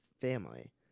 family